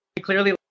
Clearly